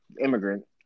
immigrant